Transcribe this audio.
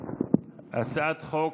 הצעת חוק